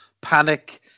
panic